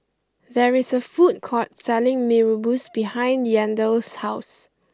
there is a food court selling Mee Rebus behind Yandel's house